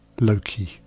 Loki